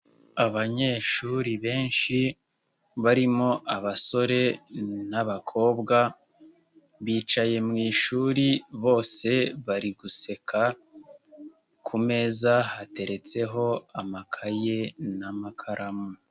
Abanyeshuri benshi barimo abasore n'abakobwa, bicaye mu ishuri bose bari guseka, kumeza hateretseho amakaye n'amakaramu.